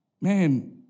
man